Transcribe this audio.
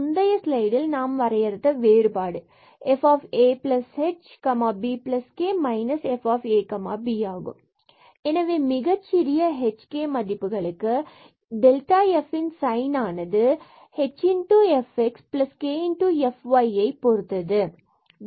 முந்தைய ஸ்லைடில் நாம் வரையறுத்த வேறுபாடு fahbk fabஆகும் fhfxabkfyab12h2fxx2hkfxyk2fkkab எனவே மிகச்சிறிய h and k மதிப்புகளுக்கு இதன் sign of f ஆனது hfxabkfyabஐ பொருத்தது